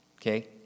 okay